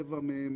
רבע מהם,